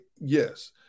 Yes